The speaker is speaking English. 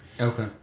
Okay